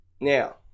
now